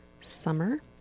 summer